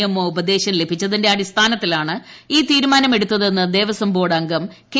നിയമോപദേശം ലഭിച്ചതിന്റെ അടിസ്ഥാനത്തിലാണ് ഈ തീരുമാനമെടുത്തതെന്ന് ദേവസ്വം ബോർഡ് അംഗം കെ